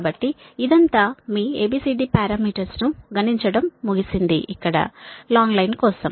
కాబట్టి ఇదంతా మీ A B C D parameters గణించటం ముగిసింది లాంగ్ లైన్ కోసం